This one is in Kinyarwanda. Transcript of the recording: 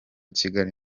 kigali